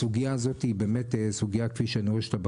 הסוגייה הזאת היא באמת סוגייה כפי שאני